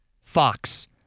fox